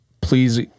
Please